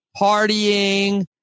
partying